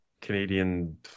Canadian